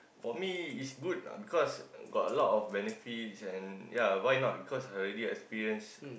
for me is good lah because got a lot of benefits and ya why not because I already experience